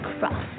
Cross